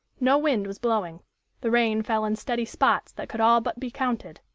no wind was blowing the rain fell in steady spots that could all but be counted,